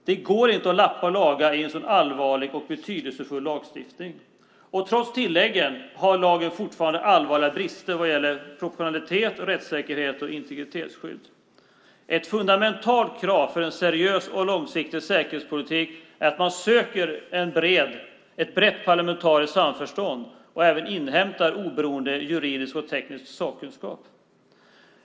Det går inte att lappa och laga i en så allvarlig och betydelsefull lagstiftning, och trots tilläggen har lagen fortfarande allvarliga brister i vad gäller proportionalitet, rättssäkerhet och integritetsskydd. Ett fundamentalt krav för en seriös och långsiktig säkerhetspolitik är att man söker ett brett parlamentariskt samförstånd och även inhämtar oberoende juridisk och teknisk sakkunskap.